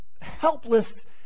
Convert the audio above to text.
helpless